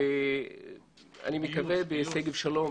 אני מקווה שבשגב שלום,